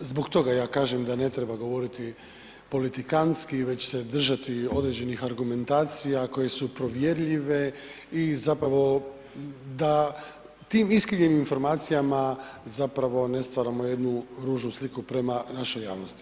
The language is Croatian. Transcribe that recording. zbog toga ja kažem da ne treba govoriti politikantski već se držati određenih argumentacija koje su provjerljive i zapravo da tim iskrivljenim informacijama zapravo ne stvaramo jednu ružnu sliku prema našoj javnosti.